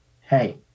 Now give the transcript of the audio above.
hey